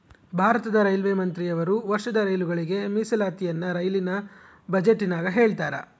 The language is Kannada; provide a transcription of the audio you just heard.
ಭಾರತದ ರೈಲ್ವೆ ಮಂತ್ರಿಯವರು ವರ್ಷದ ರೈಲುಗಳಿಗೆ ಮೀಸಲಾತಿಯನ್ನ ರೈಲಿನ ಬಜೆಟಿನಗ ಹೇಳ್ತಾರಾ